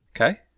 Okay